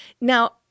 Now